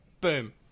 Boom